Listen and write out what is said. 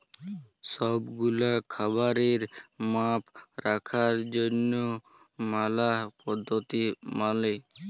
সব গুলা খাবারের মাপ রাখার জনহ ম্যালা পদ্ধতি মালে